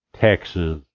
Texas